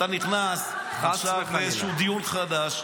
אתה נכנס עכשיו לאיזשהו דיון חדש.